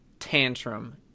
Tantrum